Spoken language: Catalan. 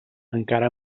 encara